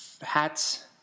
hats